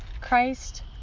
Christ